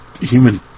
human